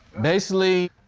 basically,